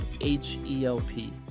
H-E-L-P